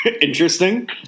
interesting